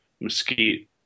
Mesquite